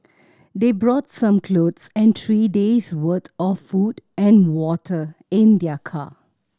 they brought some clothes and three days' worth of food and water in their car